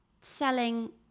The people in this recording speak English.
selling